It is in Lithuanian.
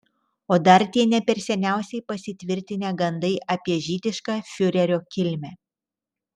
o dar tie ne per seniausiai pasitvirtinę gandai apie žydišką fiurerio kilmę